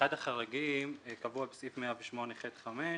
ואחד החריגים קבוע בסעיף 108ח(5).